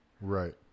Right